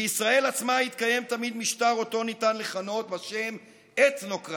בישראל עצמה התקיים תמיד משטר שאותו ניתן לכנות בשם אתנוקרטיה.